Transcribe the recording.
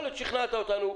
יכול להיות ששכנעת אותנו,